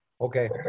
Okay